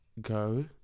go